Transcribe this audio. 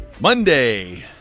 Monday